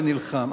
ונלחם.